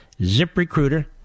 ziprecruiter